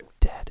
Dead